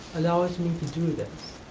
allows me to do this.